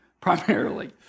primarily